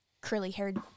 curly-haired